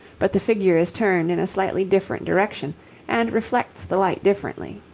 but the figure is turned in a slightly different direction and reflects the light differently.